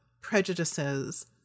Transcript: prejudices